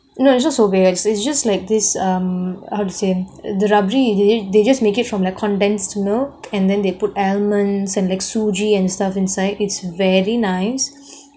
no it's not sorbet is just like this um how to say the rubbery they just make it from the condensed milk and then they put almonds and like suji and stuff inside it's very nice